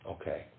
Okay